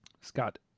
Scott